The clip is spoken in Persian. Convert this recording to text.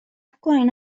کنین